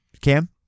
Cam